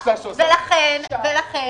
לכן,